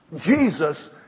Jesus